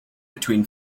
between